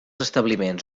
establiments